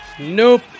Nope